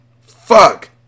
Fuck